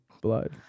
blood